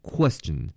Question